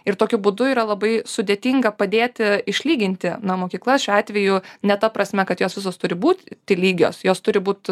ir tokiu būdu yra labai sudėtinga padėti išlyginti na mokykla šiuo atveju ne ta prasme kad jos visos turi būt lygios jos turi būt